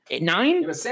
Nine